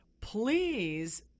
please